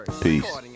peace